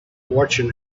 watching